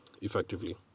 effectively